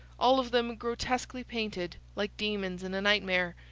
all of them grotesquely painted, like demons in a nightmare,